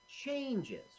changes